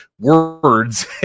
words